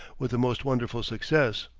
with the most wonderful success.